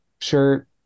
shirt